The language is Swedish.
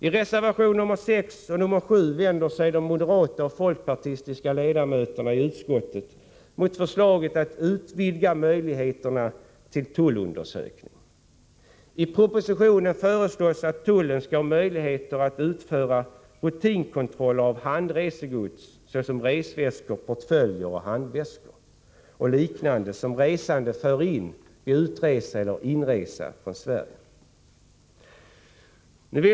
I reservationerna nr 6 och 7 vänder sig de moderata och folkpartistiska ledamöterna i utskottet mot förslaget till utvidgade möjligheter till tullundersökning. I propositionen föreslås att tullen skall ha möjligheter att utföra rutinkontroller av handresgods, såsom resväskor, portföljer, handväskor och liknande, som resande för med sig vid inresa till eller utresa från Sverige.